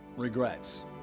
Regrets